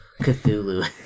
Cthulhu